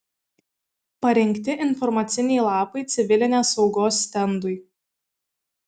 parengti informaciniai lapai civilinės saugos stendui